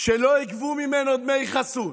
שלא יגבו ממנו דמי חסות,